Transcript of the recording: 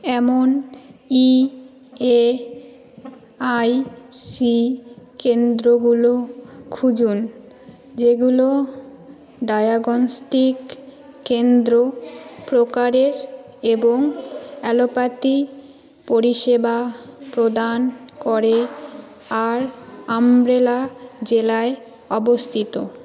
এমন ইএআইসি কেন্দ্রগুলো খুঁজুন যেগুলো ডায়াগনস্টিক কেন্দ্র প্রকারের এবং অ্যালোপ্যাথি পরিষেবা প্রদান করে আর আম্ব্রেলা জেলায় অবস্থিত